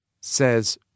Says